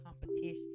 competition